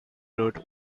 wrote